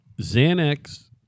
Xanax